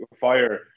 fire